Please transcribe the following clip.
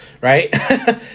right